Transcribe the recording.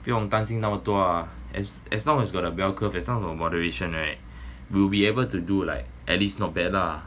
不用担心那么 ah as as long as got a bell curve got some of the moderation right you will be able to do like at least not bad lah